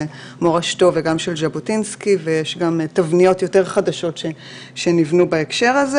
של ז'בוטינסקי ויש גם תבניות חדשות יותר שנבנו בהקשר הזה.